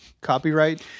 copyright